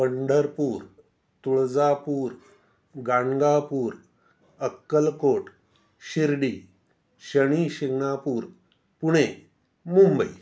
Pandharpur Tuljapur Ganagapur Akkalkot Shirdi Shanishingnapur Pune Mumbai